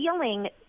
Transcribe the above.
feeling